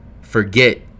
forget